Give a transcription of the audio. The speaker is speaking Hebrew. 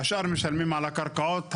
השאר משלמים על הקרקעות.